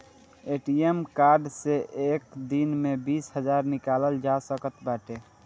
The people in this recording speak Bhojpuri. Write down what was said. ए.टी.एम कार्ड से एक दिन में बीस हजार निकालल जा सकत बाटे